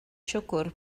siwgr